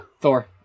Thor